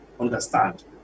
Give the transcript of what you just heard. understand